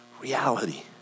reality